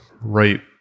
right